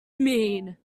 mean